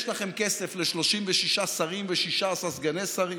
יש לכם כסף ל-36 שרים ו-16 סגני שרים,